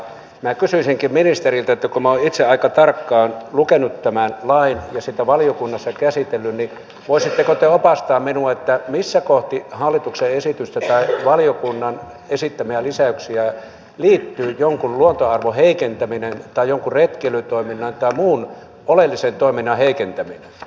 minä kysyisinkin ministeriltä kun minä olen itse aika tarkkaan lukenut tämän lain ja sitä valiokunnassa käsitellyt että voisitteko te opastaa minua mihin kohtaan hallituksen esitystä tai valiokunnan esittämiä lisäyksiä liittyy jonkin luontoarvon heikentäminen tai jonkin retkeilytoiminnan tai muun oleellisen toiminnan heikentäminen